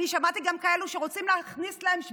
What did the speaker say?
אני שמעתי גם כאלו שרוצים להכניס להם שבבים.